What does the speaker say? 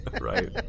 Right